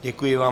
Děkuji vám.